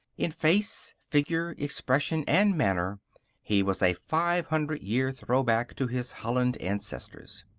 in face, figure, expression, and manner he was a five-hundred-year throwback to his holland ancestors.